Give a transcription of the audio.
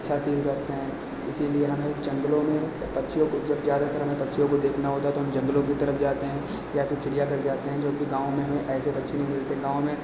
अच्छा फील करते हैं इसीलिए हमें जंगलों में पक्षियों को ज़्यादातर हमें पक्षियों को देखना होता है तो हम जंगलों की तरह जाते हैं या फ़िर चिड़ियाघर जाते हैं जो कि गाँव में हमें ऐसे पक्षी नहीं मिलते गाँव में